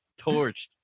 torched